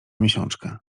miesiączkę